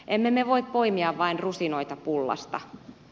emme me voi poimia vain rusinoita pullasta